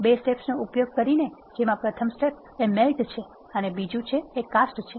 2 સ્ટેપ્સનો ઉપયોગ કરીને જેમાં પ્રથમ સ્ટેપ એ મેલ્ટ છે અને બીજું કાસ્ટ છે